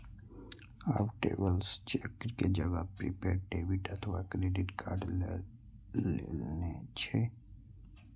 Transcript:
आब travellers cheque के जगह प्रीपेड डेबिट अथवा क्रेडिट कार्ड लए लेने छै